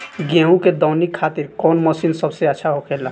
गेहु के दऊनी खातिर कौन मशीन सबसे अच्छा होखेला?